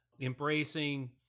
embracing